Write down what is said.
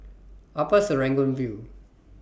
Upper Serangoon View